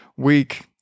week